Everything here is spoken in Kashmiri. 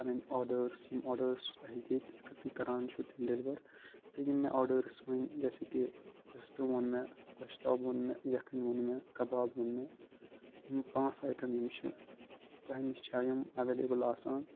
پَنٕنۍ آرڈٲرٕس یِم آرڈٲرٕس اَسہِ دِتۍ اگر تُہۍ کران چھُو تِم ڈیٚلِوَر تہٕ یِم مےٚ آرڈٲرٕس ؤنۍ جیسے کہِ رِستہٕ وون مےٚ گۄشتاب وون مےٚ یکھٕنۍ وون مےٚ کباب وون مےٚ یِم پانٛژھ آیٹَم یِم چھِ تۄہہِ نِش چھا یِم ایٚولِیبٕل آسان